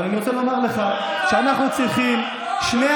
אבל אני רוצה לומר לך שאנחנו צריכים 2%